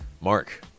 Mark